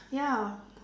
ya